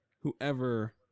whoever